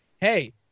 hey